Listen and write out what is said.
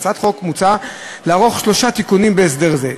בהצעת החוק מוצע לערוך שלושה תיקונים בהסדר זה.